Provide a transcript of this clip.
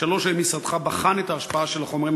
3. האם משרדך בחן את ההשפעה של החומרים